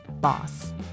boss